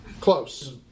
Close